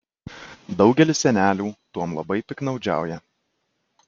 daugelis senelių tuom labai piktnaudžiauja